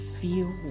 feel